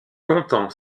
content